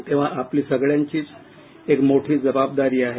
तेव्हा आपली सगळ्यांचीच एक मोठी जबाबदारी आहे